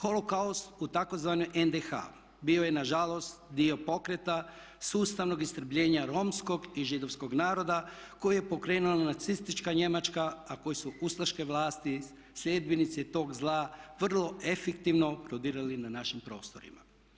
Holokaust u tzv. NDH bio je nažalost dio pokreta, sustavnog istrebljenja romskog i židovskog naroda koji je pokrenula nacistička Njemačka a koje su ustaške vlasti sljedbenici tog zla vrlo efektivno prodirali na našim prostorima.